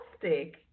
Fantastic